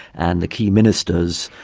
and the key ministers,